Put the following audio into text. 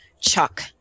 Chuck